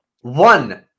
One